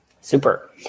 Super